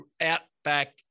outback